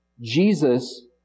Jesus